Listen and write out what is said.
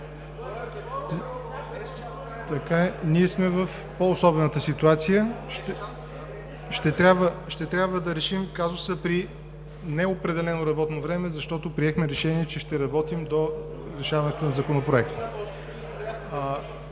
Ние сме в по-особена ситуация и ще трябва да решим казуса при неопределено работно време, защото приехме решение, че ще работим до решаването на Законопроекта.